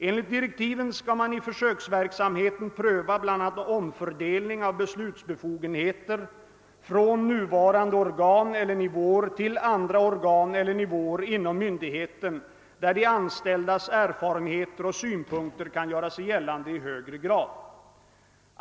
Enligt direktiven skall man i försöksverksamheten pröva bl.a. omfördelning av beslutsbefogenheten från nuvarande organ eller nivåer till andra organ eller nivåer inom myndigheten där de anställdas erfarenheter och synpunkter kan göra sig gällande i högre grad.